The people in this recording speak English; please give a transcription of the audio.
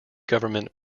government